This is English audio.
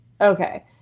okay